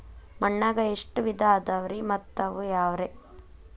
ಮಣ್ಣಾಗ ಎಷ್ಟ ವಿಧ ಇದಾವ್ರಿ ಮತ್ತ ಅವು ಯಾವ್ರೇ?